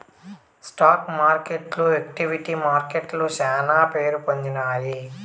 stock మార్కెట్లు equity మార్కెట్లు శానా పేరుపొందినాయి